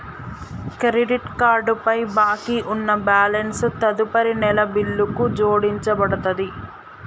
credit card పై బాకీ ఉన్న బ్యాలెన్స్ తదుపరి నెల బిల్లుకు జోడించబడతది